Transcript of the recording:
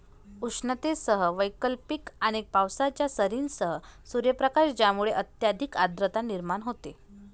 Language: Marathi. उष्णतेसह वैकल्पिक आणि पावसाच्या सरींसह सूर्यप्रकाश ज्यामुळे अत्यधिक आर्द्रता निर्माण होते